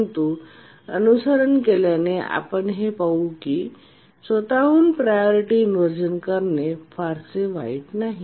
परंतु अनुसरण केल्याने आपण हे पाहू की स्वत हून प्रायोरिटी इनव्हर्जन करणे देखील फारसे वाईट नाही